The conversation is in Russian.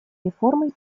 реформой